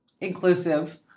inclusive